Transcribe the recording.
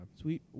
Sweet